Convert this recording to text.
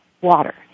water